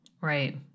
Right